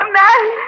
man